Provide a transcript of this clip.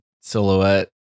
silhouette